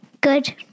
Good